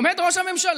עומד ראש הממשלה,